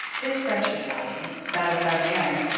this french battalion, that of la guienne,